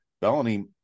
Bellamy